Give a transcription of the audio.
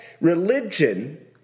Religion